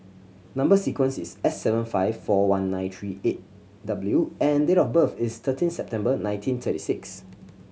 number sequence is S seven five four one nine three eight W and date of birth is thirteen September nineteen thirty six